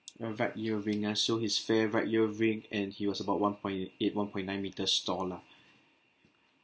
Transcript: right earring ah so he's fair right earring and he was about one point eight one point nine meters tall lah